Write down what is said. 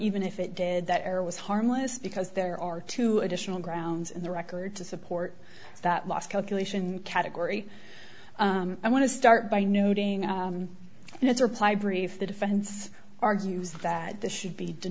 even if it did that error was harmless because there are two additional grounds in the record to support that last calculation category i want to start by noting its reply brief the defense argues that the should be